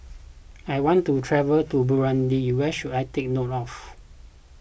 I want to travel to Burundi what should I take note of